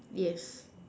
yes